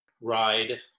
ride